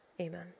Amen